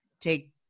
take